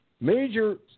major